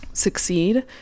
succeed